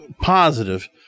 positive